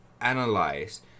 analyze